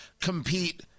compete